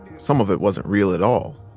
some of it wasn't real at all.